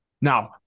Now